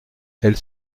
elles